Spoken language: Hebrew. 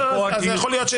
אפרופו הדיוק.